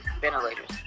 ventilators